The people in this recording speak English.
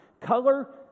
Color